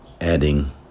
adding